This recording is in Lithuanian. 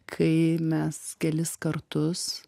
kai mes kelis kartus